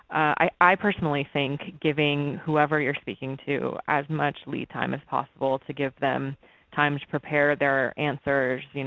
i personally think giving whoever you are speaking to as much lead time as possible to give them time to prepare their answers, you know